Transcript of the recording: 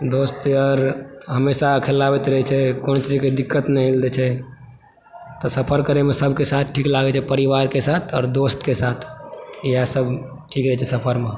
दोस्त आओर हमेशा खेलाबैत रहै छै कोनो चीज के दिक्कत नहि होइ दै छै तऽ सफर करय मे सबके साथ ठीक लागैछे परिवार के साथ आउर दोस्त के साथ इएह सब ठीक रहै छै सफर मे